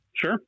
Sure